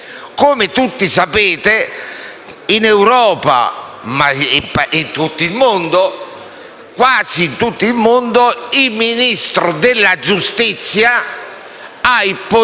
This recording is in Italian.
Come tutti sapete, in Europa, come quasi in tutto il mondo, il Ministro della giustizia ha il potere